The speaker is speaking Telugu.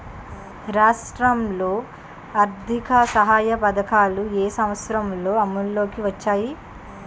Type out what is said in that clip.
రాష్ట్రంలో ఆర్థిక సహాయ పథకాలు ఏ సంవత్సరంలో అమల్లోకి వచ్చాయి?